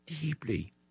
deeply